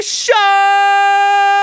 show